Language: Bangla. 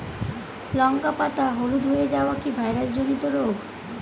লঙ্কা পাতা হলুদ হয়ে যাওয়া কি ভাইরাস জনিত রোগ?